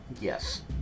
yes